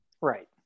Right